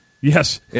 Yes